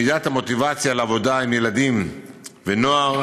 מידת המוטיבציה לעבודה עם ילדים ונוער,